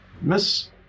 Miss